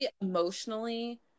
emotionally